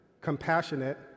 compassionate